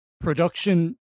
production